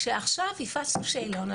כשעכשיו הפצנו שאלון,